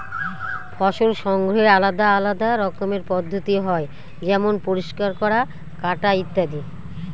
ফসল সংগ্রহের আলাদা আলদা রকমের পদ্ধতি হয় যেমন পরিষ্কার করা, কাটা ইত্যাদি